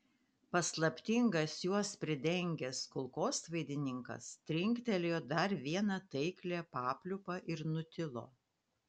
paslaptingas juos pridengęs kulkosvaidininkas trinktelėjo dar vieną taiklią papliūpą ir nutilo